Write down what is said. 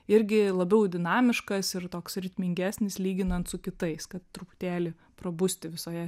irgi labiau dinamiškas ir toks ritmingesnis lyginant su kitais kad truputėlį prabusti visoje